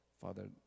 father